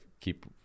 keep